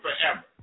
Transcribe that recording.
forever